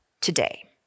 today